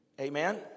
amen